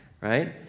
right